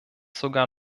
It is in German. sogar